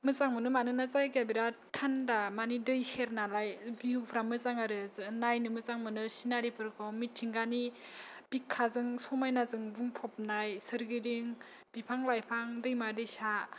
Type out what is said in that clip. मोजां मोनो मानोना जायगाया बिराद थान्दा मानि दै सेर नालाय भिउफ्रा मोजां आरो नायनो मोजां मोनो सिनारिफोरखौ मिथिंगानि बिखाजों समायनाजों बुंफबनाय सोरगिदिं बिफां लाइफां दैमा दैसा